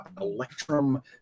electrum